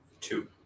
two